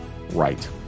right